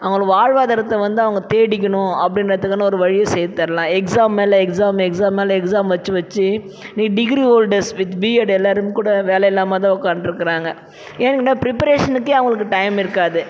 அவங்களோட வாழ்வாதாரத்தை வந்து அவங்க தேடிக்கணும் அப்படின்றதுக்குன்னு ஒரு வழியை செய்து தர்லாம் எக்ஸாம் மேலே எக்ஸாம் எக்ஸாம் மேலே எக்ஸாம் வச்சி வச்சி நீ டிகிரி ஹோல்டர்ஸ் வித் பிஎட் எல்லாரும் கூட வேலை இல்லாமல்தான் உட்காந்துருக்குறாங்க ஏன் இந்த ப்ரப்பரேஷனுக்கே அவங்களுக்கு டைம் இருக்காது